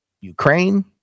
Ukraine